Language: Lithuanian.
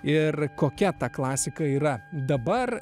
ir kokia ta klasika yra dabar